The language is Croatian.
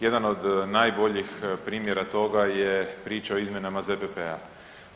Jedan od najboljih primjera toga je priča o izmjenama ZPP-a.